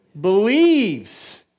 believes